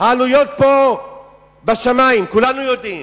העלויות פה בשמים, כולנו יודעים.